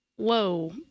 Whoa